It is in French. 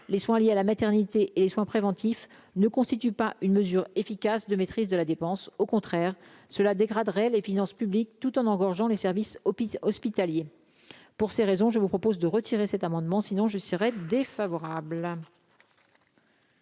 les soins liés à la maternité et soins préventifs ne constitue pas une mesure efficace de maîtrise de la dépense, au contraire cela dégraderaient les finances publiques tout en engrangeant les services aux hospitalier pour ces raisons, je vous propose de retirer cet amendement, sinon je serais défavorable.